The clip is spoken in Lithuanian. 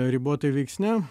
ribotai veiksnia